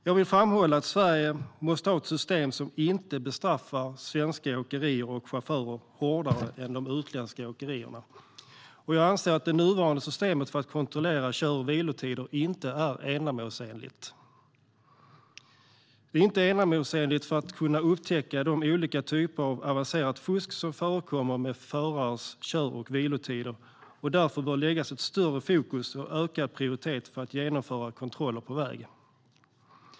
Jag vill framhålla att Sverige måste ha ett system som inte bestraffar svenska åkerier och chaufförer hårdare än de utländska åkerierna. Jag anser att det nuvarande systemet för att kontrollera kör och vilotider inte är ändamålsenligt för att kunna upptäcka de olika typer av avancerat fusk som förekommer med förares kör och vilotider. Därför bör det läggas större fokus och ökad prioritet på att genomföra kontroller på väg.